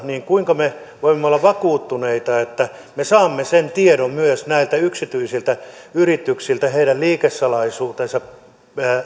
eli kuinka me voimme olla vakuuttuneita että me saamme sen tiedon myös yksityisiltä yrityksiltä ja heidän liikesalaisuutensa